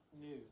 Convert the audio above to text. new